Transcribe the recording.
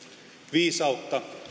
viisautta